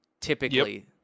typically